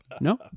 No